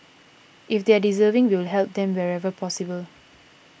if they are deserving we will help them wherever possible